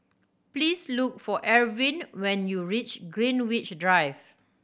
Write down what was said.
please look for Ervin when you reach Greenwich Drive